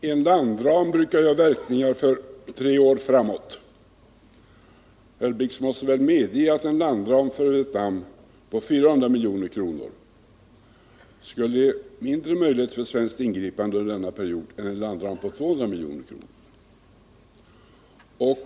Herr talman! En landram brukar ha verkningar för tre år framåt. Herr Blix måste väl medge att en landram för ett land på 400 milj.kr. skulle ge mindre möjligheter för svenskt ingripande under denna period än en landram på 200 milj.kr.